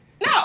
No